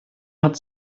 hat